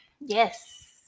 Yes